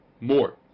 more